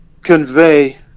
convey